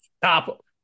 Stop